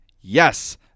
yes